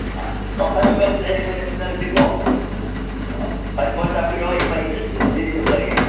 ꯑꯥ ꯑꯣ ꯐꯔꯦ ꯐꯔꯦ ꯑꯗꯨꯗꯤ ꯍꯌꯦꯡ ꯑꯣꯏꯅ ꯎꯅꯔꯁꯤꯀꯣ ꯑ ꯐꯔꯦ ꯐꯣꯟ ꯊꯝꯕꯤꯔꯣ ꯏꯕꯥꯏ ꯑꯩ ꯔꯦꯗꯤ ꯇꯧꯖꯔꯒꯦ